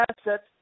assets